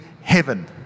heaven